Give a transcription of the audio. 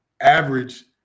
average